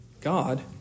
God